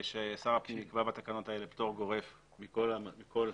ששר הפנים יקבע בתקנות האלה פטור גורף מכל הדרישה,